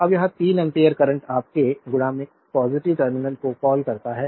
अब यह 3 ampere current आपके पॉजिटिव टर्मिनल को कॉल करता है